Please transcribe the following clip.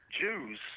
Jews